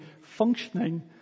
functioning